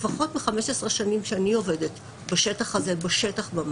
לפחות ב-15 השנים שאני עובדת בשטח ממש,